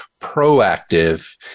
proactive